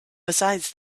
besides